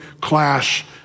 clash